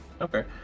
Okay